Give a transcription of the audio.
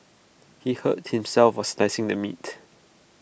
he hurt himself while slicing the meat